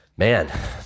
man